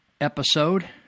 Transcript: episode